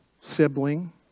sibling